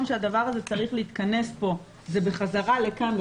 שהדבר הזה צריך להתכנס הוא בחזרה לכאן,